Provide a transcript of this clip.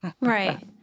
right